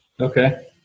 Okay